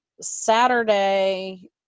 Saturday